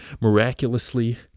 miraculously